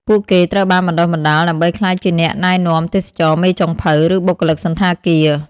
ពួកគេត្រូវបានបណ្តុះបណ្តាលដើម្បីក្លាយជាអ្នកណែនាំទេសចរណ៍ មេចុងភៅ ឬបុគ្គលិកសណ្ឋាគារ។